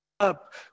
up